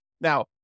Now